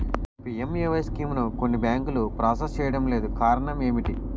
PMAY స్కీమును కొన్ని బ్యాంకులు ప్రాసెస్ చేయడం లేదు కారణం ఏమిటి?